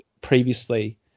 previously